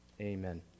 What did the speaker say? Amen